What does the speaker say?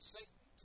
Satan